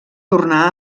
tornar